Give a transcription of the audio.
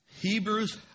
Hebrews